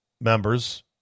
members